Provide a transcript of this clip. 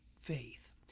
faith